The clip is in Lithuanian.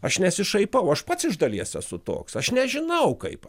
aš nesišaipau aš pats iš dalies esu toks aš nežinau kaip